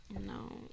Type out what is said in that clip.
no